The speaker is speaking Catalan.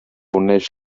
uneix